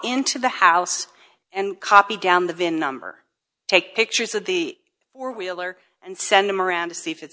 into the house and copy down the vin number take pictures of the four wheeler and send them around to see if it